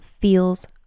feels